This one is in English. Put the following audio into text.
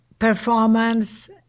performance